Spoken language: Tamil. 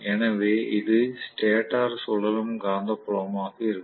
எனவே இது ஸ்டேட்டர் சுழலும் காந்தப்புலமாக இருக்கும்